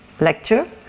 lecture